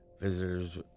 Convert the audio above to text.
Visitors